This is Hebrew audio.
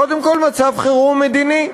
קודם כול, מצב חירום מדיני,